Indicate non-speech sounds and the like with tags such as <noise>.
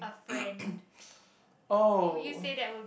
<coughs> oh